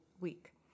week